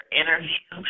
interview